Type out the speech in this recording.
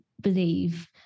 believe